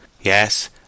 yes